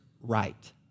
right